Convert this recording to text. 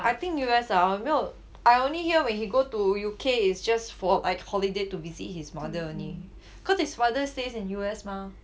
I think U_S ah I 没有 I only hear when he go to U_K is just for like holiday to like visit his mother only cause his father stays in U_S mah